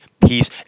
peace